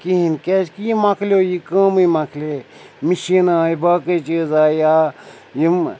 کِہیٖنۍ کیٛازِکہِ یہِ مَکلیو یہِ کٲمٕے مَکلے مِشیٖنہٕ آے باقٕے چیٖز آے یا یِم